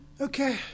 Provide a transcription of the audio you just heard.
Okay